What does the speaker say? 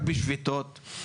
רק בשביתות,